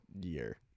year